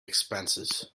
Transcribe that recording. expenses